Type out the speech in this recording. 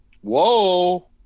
Whoa